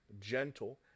gentle